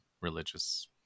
religious